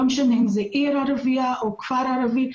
לא משנה אם זו עיר ערביה או כפר ערבי,